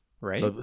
right